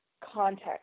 context